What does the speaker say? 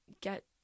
get